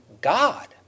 God